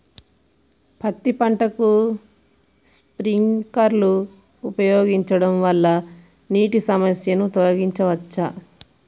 పత్తి పంటకు స్ప్రింక్లర్లు ఉపయోగించడం వల్ల నీటి సమస్యను తొలగించవచ్చా?